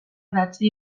idatzi